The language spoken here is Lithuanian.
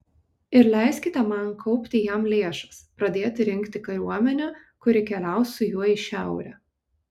ir leiskite man kaupti jam lėšas pradėti rinkti kariuomenę kuri keliaus su juo į šiaurę